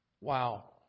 Wow